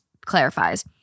clarifies